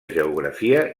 geografia